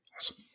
Awesome